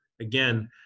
again